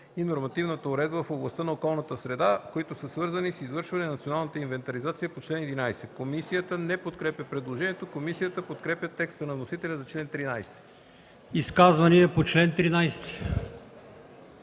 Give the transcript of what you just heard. и нормативната уредба в областта на околната среда, които са свързани с извършване на националната инвентаризация по чл. 11.”. Комисията не подкрепя предложението. Комисията подкрепя текста на вносителя за чл. 13. ПРЕДСЕДАТЕЛ АЛИОСМАН